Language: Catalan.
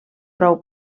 prou